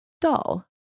dull